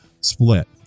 split